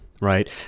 right